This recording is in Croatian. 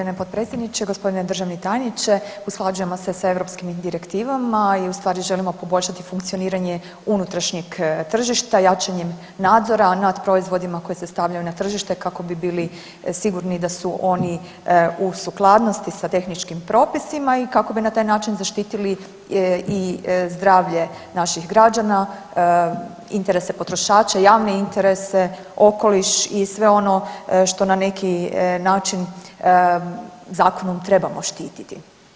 Hvala g. potpredsjedniče, g. državni tajniče, usklađujemo se sa europskim direktivama i ustvari želimo poboljšati funkcioniranje unutrašnjeg tržišta jačanjem nadzora nad proizvodima koji se stavljaju na tržište kako bi bili sigurni da su oni u sukladnosti sa tehničkim propisima i kako bi na taj način zaštitili i zdravlje naših građana, interese potrošača, javne interese, okoliš i sve ono što na neki način zakonom trebamo štititi.